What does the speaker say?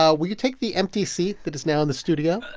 ah will you take the empty seat that is now in the studio?